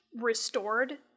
restored